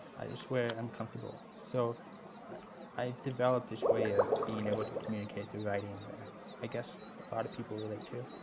it's where i'm comfortable, so i i developed this way of being able to communicate through writing that i guess a lot of people relate to.